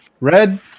Red